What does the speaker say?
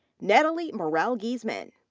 natalie moral giesemann.